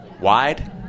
Wide